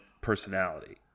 personality